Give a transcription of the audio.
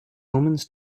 omens